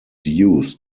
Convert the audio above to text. used